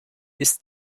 ist